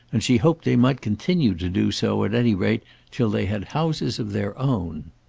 and she hoped they might continue to do so at any rate till they had houses of their own.